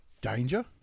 danger